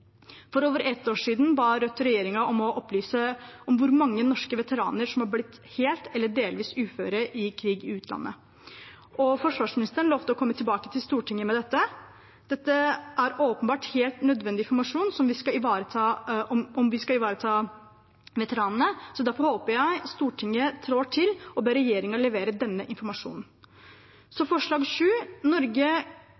For over ett år siden ba Rødt regjeringen opplyse om hvor mange norske veteraner som har blitt helt eller delvis uføre i krig i utlandet. Forsvarsministeren lovte å komme tilbake til Stortinget med dette. Det er åpenbart helt nødvendig informasjon om vi skal ivareta veteranene, så derfor håper jeg Stortinget trår til og ber regjeringen levere denne informasjonen.